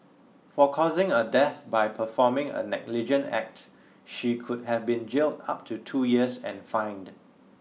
for causing a death by performing a negligent act she could have been jailed up to two years and fined